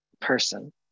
person